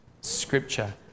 scripture